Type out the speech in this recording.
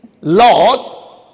Lord